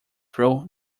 through